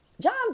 John